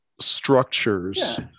structures